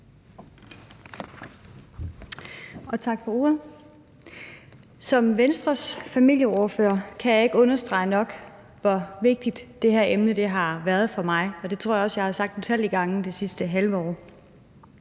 Som Venstres familieordfører kan jeg ikke understrege nok, hvor vigtigt det her emne har været for mig, og det tror jeg også at jeg har sagt utallige gange det sidste halve år.